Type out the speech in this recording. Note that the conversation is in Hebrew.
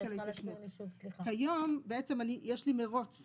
כיום יש לי מרוץ,